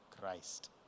Christ